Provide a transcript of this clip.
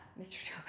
Mr